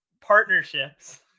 partnerships